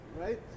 right